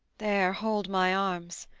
there, hold my arms